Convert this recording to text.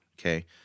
okay